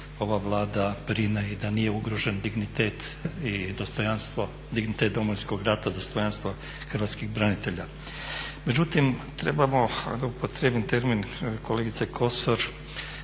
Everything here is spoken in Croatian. ova Vlada brine i da nije ugrožen dignitet i dostojanstvo, dignitet Domovinskog rata, dostojanstvo hrvatskih branitelja. Međutim, trebamo, da upotrijebim termin kolegice Kosor,